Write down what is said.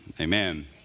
Amen